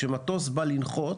כאשר מטוס בא לנחות